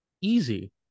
easy